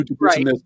right